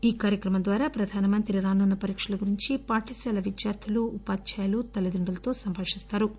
ఈ కార్యక్రమం ద్వారా ప్రధాన మంత్రి రానున్న పరీక్షల గురించి పాఠశాల విద్యార్లులు ఉపాధాయులు తల్లిదండ్రులతో సంభాషిస్తారని తెలిపారు